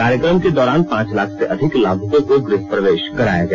कार्यक्रम के दौरान पांच लाख से अधिक लाभुकों को गृह प्रवेश कराया गया